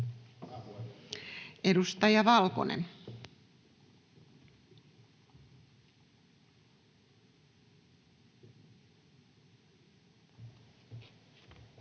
Edustaja Valkonen.